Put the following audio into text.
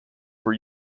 were